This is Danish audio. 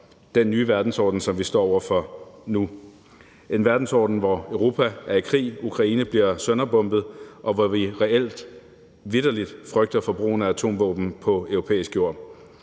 den nye verdensorden, som vi står over for nu – en verdensorden, hvor Europa er i krig, Ukraine bliver sønderbombet, og hvor vi reelt vitterlig frygter for brugen af atomvåben på europæisk jord.